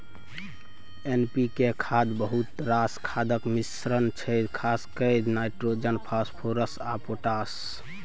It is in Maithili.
एन.पी.के खाद बहुत रास खादक मिश्रण छै खास कए नाइट्रोजन, फास्फोरस आ पोटाश